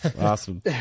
awesome